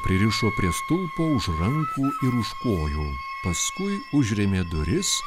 pririšo prie stulpo už rankų ir už kojų paskui užrėmė duris